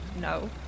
No